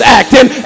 acting